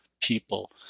people